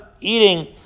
eating